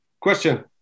Question